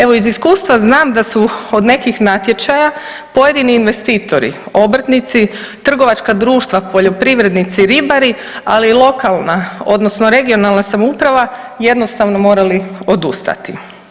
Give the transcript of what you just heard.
Evo iz iskustva znam da su od nekih natječaja pojedini investitori obrtnici, trgovačka društva, poljoprivrednici, ribari ali i lokalna odnosno regionalna samouprava jednostavno morali odustati.